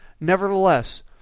Nevertheless